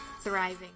thriving